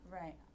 Right